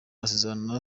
masezerano